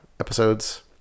episodes